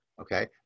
okay